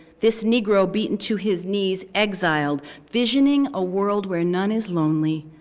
this negro beaten to his knees, exiled visioning a world where none is lonely,